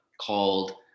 called